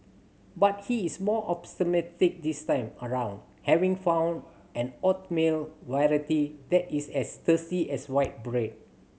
but he is more optimistic this time around having found an oatmeal variety that is as tasty as white bread